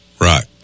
Right